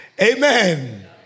Amen